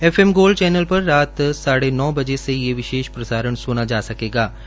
F M gold channel पर रात साढ़े नौ बजे से ये विशेष प्रसारण सुना जा सकेंगे